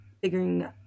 figuring